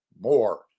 more